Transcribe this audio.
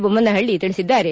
ಬೊಮ್ಮನಹಳ್ಳಿ ತಿಳಿಸಿದ್ದಾರೆ